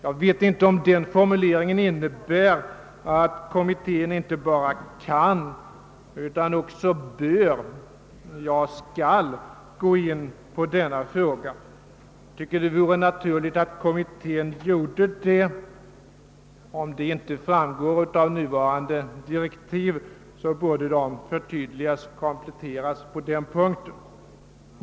Jag vet inte om den formuleringen innebär att kommittén inte bara kan utan ockå bör, ja, skall gå in på denna fråga. Jag tycker det vore naturligt att kommittén gjorde det; om det inte framgår av direktiven att kommittén skall ta upp frågan borde direktiven förtydligas och kompletteras på den punkten.